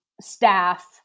staff